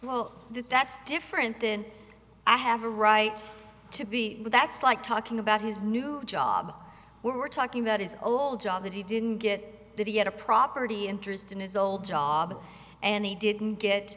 well that's different than i have a right to be that's like talking about his new job we're talking about his old job that he didn't get that he had a property interest in his old job and he didn't